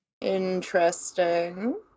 Interesting